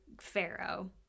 pharaoh